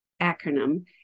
acronym